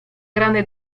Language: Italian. grande